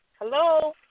Hello